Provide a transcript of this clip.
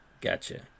Gotcha